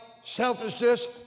selfishness